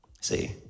See